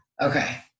Okay